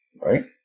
right